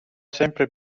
sempre